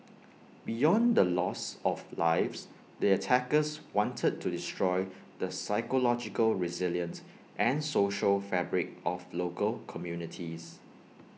beyond the loss of lives the attackers wanted to destroy the psychological resilience and social fabric of local communities